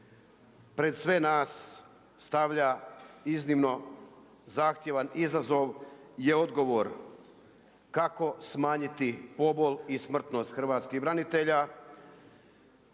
pred sve nas stavlja iznimno zahtjevan izazov je odgovor, kako smanjiti pobol i smrtnost hrvatskih branitelja,